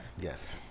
Yes